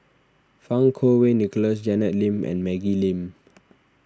Fang Kuo Wei Nicholas Janet Lim and Maggie Lim